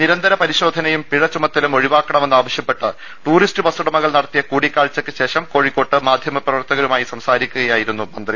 നിരന്തര പരിശോധനയും പിഴ ചുമത്തലും ഒഴിവാക്കണമെന്ന് ആവശ്യപ്പെട്ട് ടൂറിസ്റ്റ് ബസ്സുടമകൾ നടത്തിയ കൂടികാഴ്ചക്ക് ശേഷം കോഴിക്കോട്ട് മാധ്യമപ്രവർത്തകരുമായി സംസാരിക്കുകയായിരുന്നു മന്ത്രി